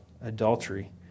adultery